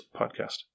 podcast